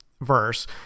verse